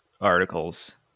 articles